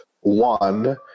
One